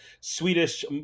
Swedish